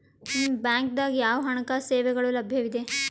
ನಿಮ ಬ್ಯಾಂಕ ದಾಗ ಯಾವ ಹಣಕಾಸು ಸೇವೆಗಳು ಲಭ್ಯವಿದೆ?